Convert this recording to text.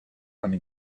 vanno